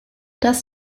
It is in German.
das